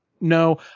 No